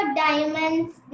diamonds